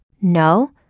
No